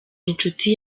inshuti